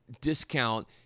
discount